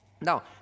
Now